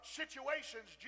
situations